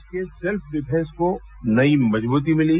देश के self defence को नई मजबूती मिली